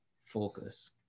focus